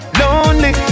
lonely